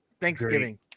Thanksgiving